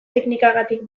teknikagatik